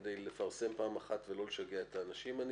כדי לפרסם פעם אחת ולא לשגע את האנשים.